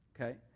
Okay